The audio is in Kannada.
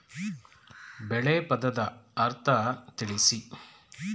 ಬೆಳೆ ಪದದ ಅರ್ಥ ತಿಳಿಸಿ?